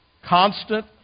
Constant